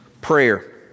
prayer